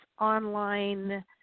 online